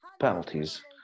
penalties